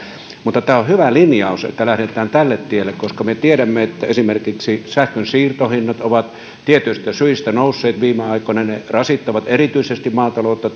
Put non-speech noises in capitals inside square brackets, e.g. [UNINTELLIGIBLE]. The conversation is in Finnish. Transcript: mutta tämä on hyvä linjaus että lähdetään tälle tielle koska me tiedämme että esimerkiksi sähkönsiirtohinnat ovat tietyistä syistä nousseet viime aikoina ne rasittavat erityisesti maataloutta [UNINTELLIGIBLE]